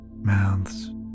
mouths